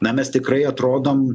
na mes tikrai atrodom